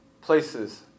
places